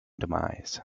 demise